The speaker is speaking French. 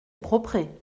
propret